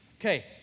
Okay